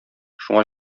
шуңа